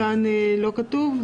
כאן לא כתוב.